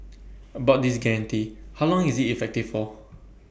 about this guarantee how long is IT effective for